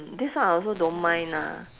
this one I also don't mind ah